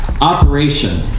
operation